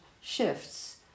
shifts